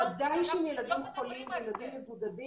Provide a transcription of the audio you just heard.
ודאי שלגבי ילדים חולים וילדים מבודדים